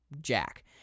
Jack